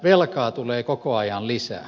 velkaa tulee koko ajan lisää